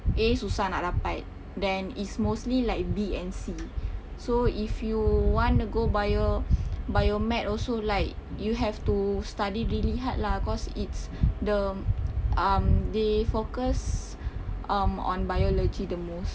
A susah nak dapat then it's mostly like B and C so if you want to go bio biomed also like you have to study really hard lah cause it's the um they focus um on biology the most